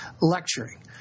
lecturing